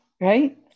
right